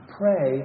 pray